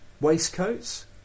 waistcoats